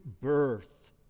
birth